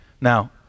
Now